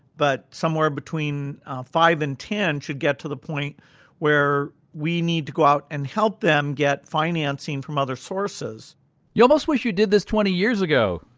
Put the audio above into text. but somewhere between five and ten should get to the point where we need to go out and help them get financing from other sources you almost wish you did this twenty years ago,